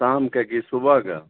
शामके की सुबहके